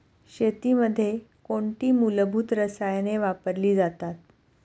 शेतीमध्ये कोणती मूलभूत रसायने वापरली जातात?